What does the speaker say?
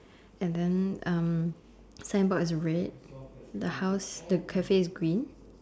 and then um signboard is red the house the cafe is green